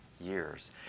years